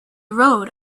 rode